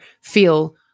feel